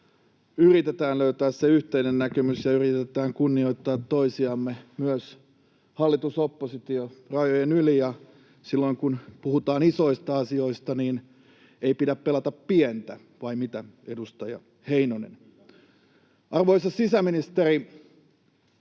yritetään löytää se yhteinen näkemys ja yritetään kunnioittaa toisiamme, myös hallitus—oppositio-rajojen yli. Silloin kun puhutaan isoista asioista, niin ei pidä pelata pientä, vai mitä, edustaja Heinonen? Arvoisa sisäministeri,